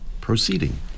proceeding